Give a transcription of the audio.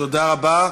תודה רבה.